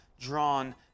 drawn